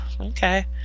Okay